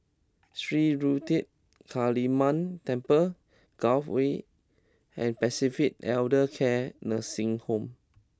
Sri Ruthra Kaliamman Temple Gul Way and Pacific Elder Care Nursing Home